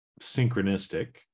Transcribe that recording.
synchronistic